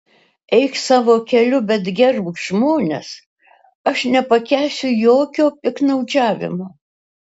eik savo keliu bet gerbk žmones aš nepakęsiu jokio piktnaudžiavimo